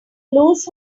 lose